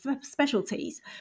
specialties